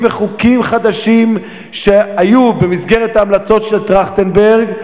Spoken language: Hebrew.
וחוקים חדשים שהיו במסגרת ההמלצות של טרכטנברג,